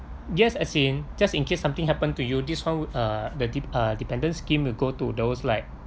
yes as in just in case something happened to you this whole uh the dep~ uh dependent scheme will go to those like